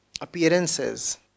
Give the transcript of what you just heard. appearances